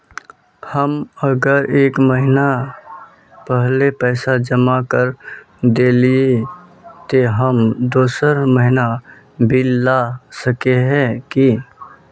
हम अगर एक महीना पहले पैसा जमा कर देलिये ते हम दोसर महीना बिल ला सके है की?